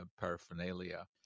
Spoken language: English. paraphernalia